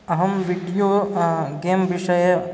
अहं video game विषये